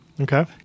Okay